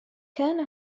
كان